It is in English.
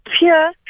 pure